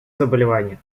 заболевания